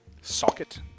socket